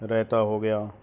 ਰਾਇਤਾ ਹੋ ਗਿਆ